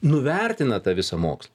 nuvertina tą visą mokslą